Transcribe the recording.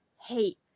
hate